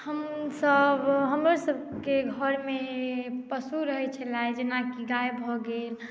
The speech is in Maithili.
हमसब हमर सबके घर मे पशु रहै छलए जेना की गाय भऽ गेल